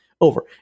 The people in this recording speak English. over